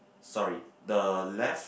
sorry the left